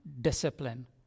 discipline